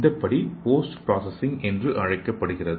இந்த படி post processing என்று அழைக்கப்படுகிறது